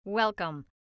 Welcome